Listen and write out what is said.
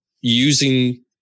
using